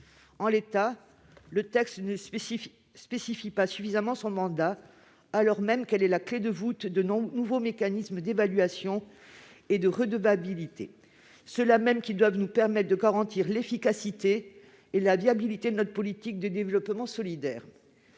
En l'état, le texte ne spécifie pas suffisamment son mandat, alors même qu'il constitue la clé de voûte des nouveaux mécanismes d'évaluation et de redevabilité, lesquels garantissent l'efficacité et la viabilité de notre politique de développement solidaire.